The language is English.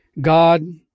God